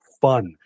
fun